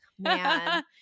Man